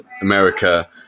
America